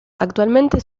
actualmente